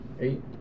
Eight